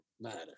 matter